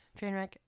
Trainwreck